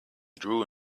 drew